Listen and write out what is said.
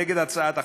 נגד הצעת החוק,